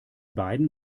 beiden